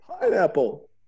Pineapple